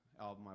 album